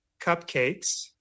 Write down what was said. cupcakes